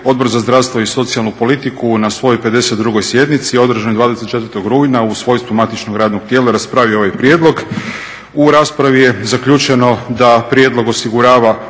Odbor za zdravstvo i socijalnu politiku na svojoj 52.sjednici održanoj 24.rujna u svojstvu matičnog radnog tijela raspravio je ovaj prijedlog. U raspravi je zaključeno da prijedlog osigurava